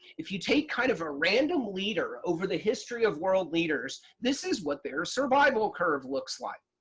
if you take kind of a random leader over the history of world leaders, this is what their survival curve looks like.